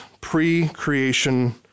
pre-creation